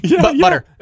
butter